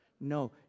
No